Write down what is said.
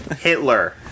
Hitler